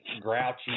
grouchy